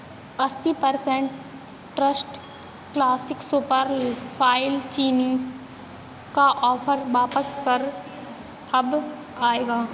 अस्सी percent trust classic super fine चीनी का ऑफर वापस पर अब आएगा